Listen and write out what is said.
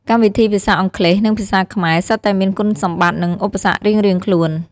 កម្មវិធីភាសាអង់គ្លេស និងភាសាខ្មែរ សុទ្ធតែមានគុណសម្បត្តិ និងឧបសគ្គរៀងៗខ្លួន។